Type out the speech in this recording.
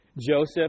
Joseph